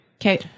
Okay